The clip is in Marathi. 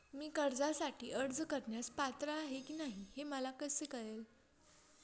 मी कर्जासाठी अर्ज करण्यास पात्र आहे की नाही हे मला कसे कळेल?